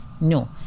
No